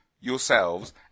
yourselves